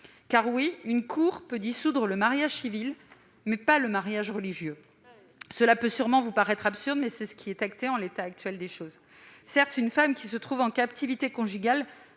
Car, oui, une cour peut dissoudre un mariage civil, mais pas un mariage religieux. Cela peut sûrement paraître absurde, mais c'est ce qui se passe en l'état actuel des choses. Certes, une femme qui se trouve en captivité conjugale